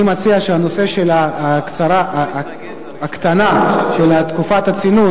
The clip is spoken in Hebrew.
אני מציע שהקטנת תקופת הצינון,